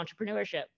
entrepreneurship